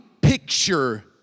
picture